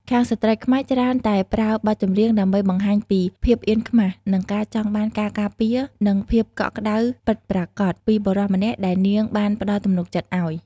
ខាងស្រ្តីខ្មែរច្រើនតែប្រើបទចម្រៀងដើម្បីបង្ហាញពី "ភាពអៀនខ្មាស" និង "ការចង់បានការការពារ និងភាពកក់ក្តៅពិតប្រាកដ" ពីបុរសម្នាក់ដែលនាងបានផ្តល់ទំនុកចិត្តឱ្យ។